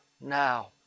now